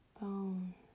bone